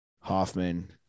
hoffman